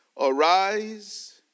Arise